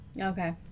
okay